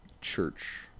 church